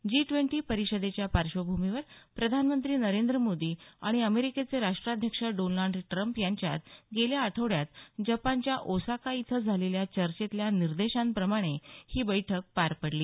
जी twenty परिषदेच्या पार्श्वभूमीवर प्रधानमंत्री नरेंद्र मोदी आणि अमेरिकेचे राष्ट्राध्यक्ष डोनाल्ड ट्रम्प यांच्यात गेल्या आठवड्यात जपानच्या ओसाका इथं झालेल्या चर्चेतल्या निर्देशांप्रमाणे ही बैठक पार पडली